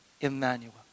Emmanuel